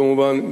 כמובן,